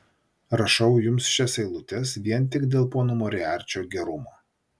rašau jums šias eilutes vien tik dėl pono moriarčio gerumo